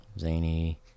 zany